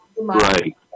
right